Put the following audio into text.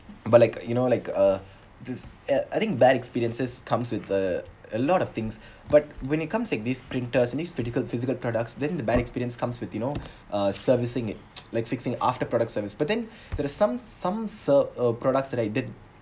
but like you know like uh just I I think bad experiences comes with the a lot of things but when it comes like these printers these physical physical products then the bad experience comes with you know uh servicing it like fixing after products service but then there are some some ser~ uh products that I did